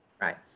Right